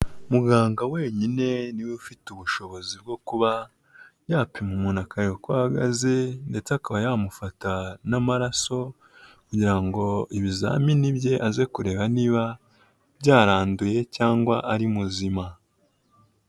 Muganga wenyine niwe ufite ubushobozi bwo kuba yapima umuntu akarebe uko ahagaze ndetse akaba yamufata n'amaraso kugira ngo ibizamini bye aze kureba niba byaranduye cyangwa ari muzima.